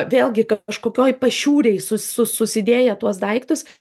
vėlgi kažkokioj pašiūrėj sus su susidėję tuos daiktus